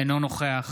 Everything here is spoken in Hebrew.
אינו נוכח